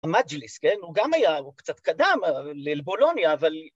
‫המג'ליס, כן? הוא גם היה... ‫הוא קצת קדם לבולוניה, אבל...